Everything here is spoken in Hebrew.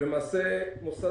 מדובר במוסד